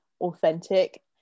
authentic